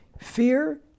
Fear